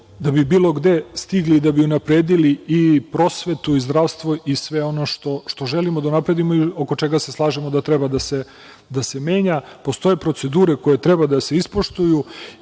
da bi bilo gde stigli, da bi unapredili i prosvetu i zdravstvo i sve ono što želimo da unapredimo i oko čega se slažemo da treba da se menja. Postoje procedure koje treba da se ispoštuju